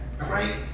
Right